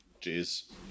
Jeez